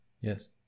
Yes